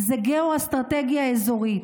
זה גיאו-אסטרטגיה אזורית.